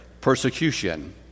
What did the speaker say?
persecution